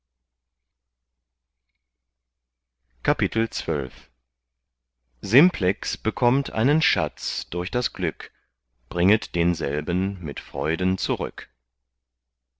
simplex bekommt einen schatz durch das glück bringet denselben mit freuden zurück